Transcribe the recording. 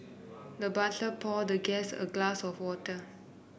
the butler poured the guest a glass of water